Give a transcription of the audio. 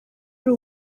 ari